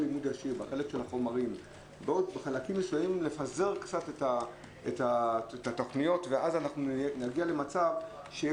בחלקים מסוימים לפזר קצת את התוכניות ואז נגיע למצב שיהיו